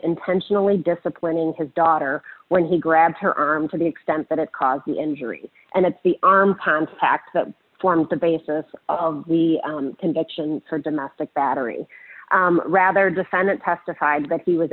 intentionally disciplining his daughter when he grabbed her arm to the extent that it caused the injuries and it's the contact that formed the basis of the conviction for domestic battery rather defendant testified that he was